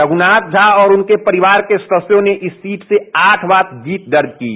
रघुनाथ झा और उनके परिवार के सदस्यों ने इस सीट से आठ बार जीत दर्ज की है